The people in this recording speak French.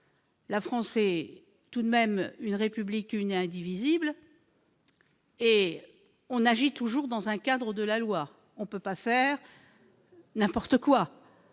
La France est une République une et indivisible. On agit toujours dans le cadre de la loi, on ne peut pas faire n'importe quoi.